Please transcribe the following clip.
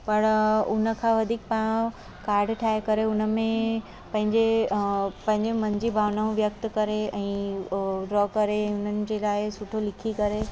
पर हुन खां वधीक पाणि काड ठाहे करे हुन में पंहिंजे पंहिंजे मन जी भावनाऊं व्यक्त करे ऐं उहो ड्रॉ करे हुननि जे लाइ सुठो लिखी करे